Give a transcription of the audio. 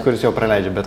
kuris jau praleidžiu bet